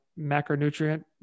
macronutrient